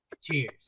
Cheers